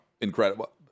Incredible